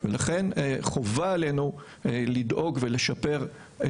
ולברך את חברי ד"ר אחמד טיבי על ההצעה לסדר החשובה ביותר.